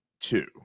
two